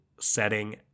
setting